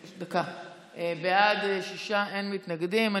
בעד, שישה, אין מתנגדים.